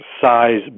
size